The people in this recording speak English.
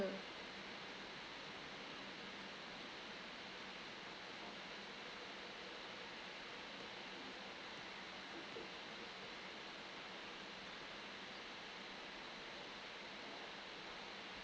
mm